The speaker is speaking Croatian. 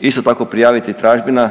isto tako prijaviti tražbina